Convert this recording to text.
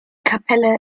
kapelle